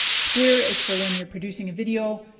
square is for when you're producing a video,